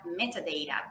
metadata